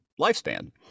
lifespan